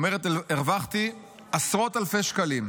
אומרת: הרווחתי עשרות אלפי שקלים,